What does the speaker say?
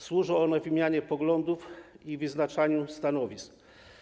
Służy to wymianie poglądów i wyznaczaniu stanowisk.